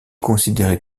considéré